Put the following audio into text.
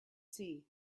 see